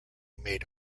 made